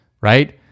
right